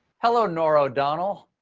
hello, norah o'donnell.